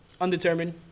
undetermined